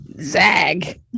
Zag